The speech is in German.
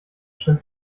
stimmt